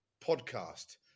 podcast